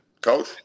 Coach